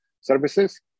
services